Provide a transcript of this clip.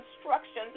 instructions